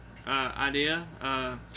Idea